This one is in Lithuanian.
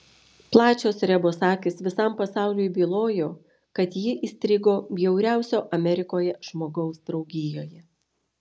plačios rebos akys visam pasauliui bylojo kad ji įstrigo bjauriausio amerikoje žmogaus draugijoje